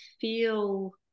feel